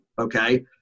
okay